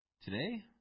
Today